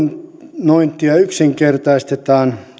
hallinnointia yksinkertaistetaan